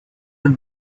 have